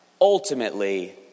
ultimately